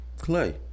Clay